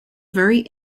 very